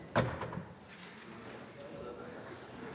Tak